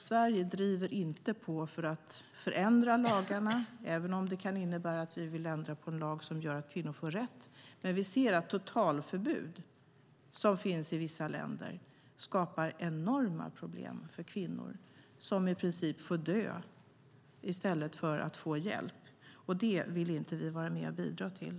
Sverige driver inte på för att förändra lagarna, även om det kan innebära att vi vill ändra på en lag som gör att kvinnor får rätt, men vi anser att de totalförbud som finns i vissa länder skapar enorma problem för kvinnor som i princip får dö i stället för att få hjälp. Det vill vi inte bidra till.